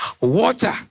water